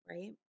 right